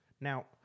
Now